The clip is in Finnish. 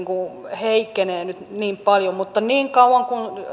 heikkenee niin paljon mutta niin kauan kuin